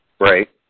Right